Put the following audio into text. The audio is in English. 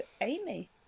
Amy